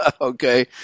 okay